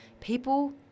people